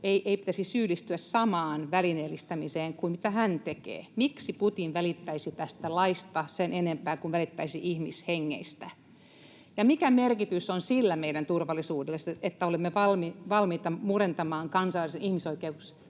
ei pitäisi syyllistyä samaan välineellistämiseen kuin mitä hän tekee. Miksi Putin välittäisi tästä laista sen enempää kuin välittäisi ihmishengistä? Ja mikä merkitys meidän turvallisuudellemme on sillä, että olemme valmiita murentamaan kansallisen ihmisoikeusksiin